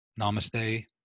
Namaste